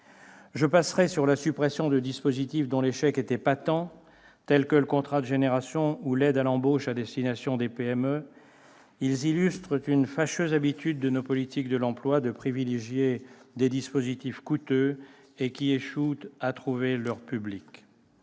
Je passerai sur la suppression de dispositifs dont l'échec était patent, tels que le contrat de génération ou l'aide à l'embauche à destination des PME. Ils illustrent une fâcheuse habitude de nos politiques de l'emploi de privilégier des dispositifs coûteux et qui échouent à trouver leur public.